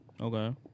Okay